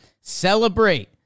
celebrate